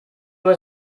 was